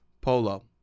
polo